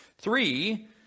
Three